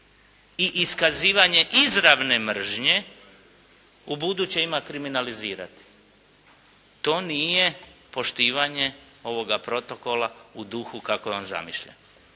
i iskazivanje izravne mržnje ubuduće ima kriminalizirati. To nije poštivanje ovoga protokola u duhu kako je on zamišljen.